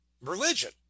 religion